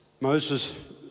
Moses